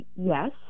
Yes